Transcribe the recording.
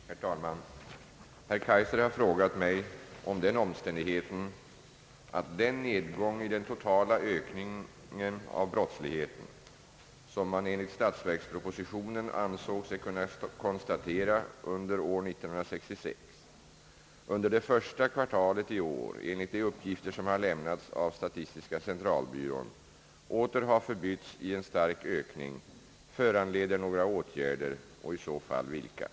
Herr talman! Herr Kaijser har frågat mig om den omständigheten, att den nedgång i den totala ökningen av brottsligheten, som man enligt statsverkspropositionen ansåg sig kunna konstatera under år 1966, under det första kvartalet i år enligt de uppgifter som har lämnats av statistiska centralbyrån åter har förbytts i en stark ökning, föranleder några åtgärder och i så fall vilka.